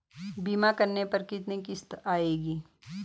बीमा करने पर कितनी किश्त आएगी?